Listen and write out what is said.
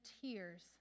tears